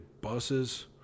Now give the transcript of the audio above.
buses